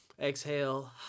exhale